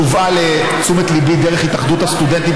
שהובאה לתשומת ליבי דרך התאחדות הסטודנטים,